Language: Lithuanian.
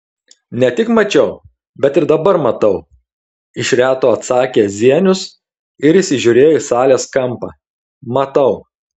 ne tik mačiau bet ir dabar matau iš reto atsakė zienius ir įsižiūrėjo į salės kampą matau